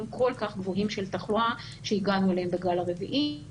כל כך גבוהים של תחלואה שהגענו אליהם בגל הרביעי.